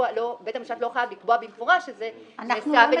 בית המשפט לא חייב לקבוע במפורש שזה נעשה בנסיבות של